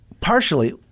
partially